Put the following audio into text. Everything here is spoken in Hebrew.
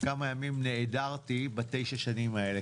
כמה ימים נעדרתי בתשע שנים האלה,